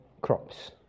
crops